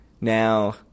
now